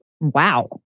Wow